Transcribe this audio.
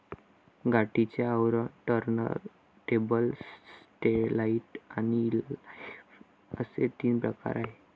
गाठीचे आवरण, turntable, satellite आणि इनलाइन असे तीन प्रकार आहे